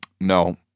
No